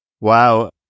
Wow